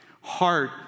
heart